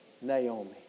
Naomi